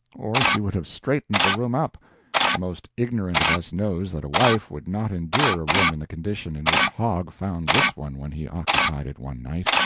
or she would have straightened the room up the most ignorant of us knows that a wife would not endure a room in the condition in which hogg found this one when he occupied it one night.